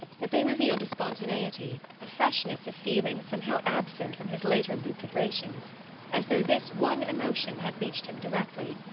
that they revealed spontaneity, a freshness of feeling somehow absent from his later lucubrations as though this one emotion had reached him directly,